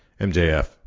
MJF